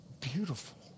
beautiful